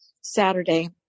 Saturday